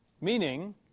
Meaning